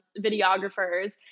videographers